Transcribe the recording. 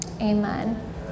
amen